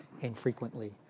infrequently